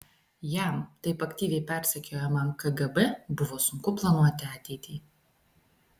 jam taip aktyviai persekiojamam kgb buvo sunku planuoti ateitį